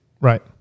Right